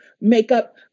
makeup